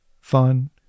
fun